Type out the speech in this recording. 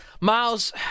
Miles